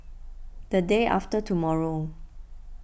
the day after tomorrow